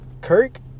Kirk